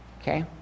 Okay